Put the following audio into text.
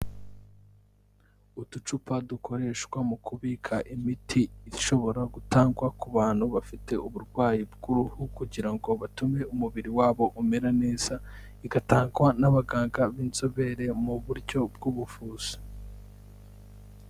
Uducupa dukoreshwa mu kubika imiti ishobora gutangwa ku bantu bafite uburwayi bw'uruhu kugira ngo batume umubiri wabo umera neza, igatangwa n'abaganga b'inzobere mu buryo bw'ubuvuzi.